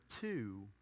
two